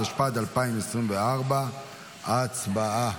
התשפ"ד 2024. הצבעה.